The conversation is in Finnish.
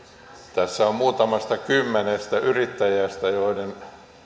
tässä on kyse muutamasta kymmenestä yrittäjästä joiden